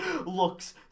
looks